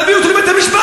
תביאו אותו לבית-המשפט.